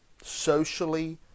socially